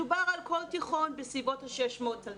מדובר על כל תיכון, בסביבות ה-600 תלמידים.